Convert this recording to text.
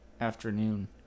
afternoon